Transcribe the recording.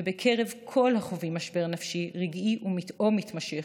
ובקרב כל החווים משבר נפשי רגעי או מתמשך,